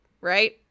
right